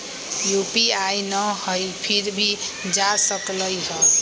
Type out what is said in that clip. UPI न हई फिर भी जा सकलई ह?